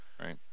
right